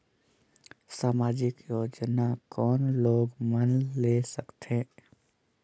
समाजिक योजना कोन लोग मन ले सकथे?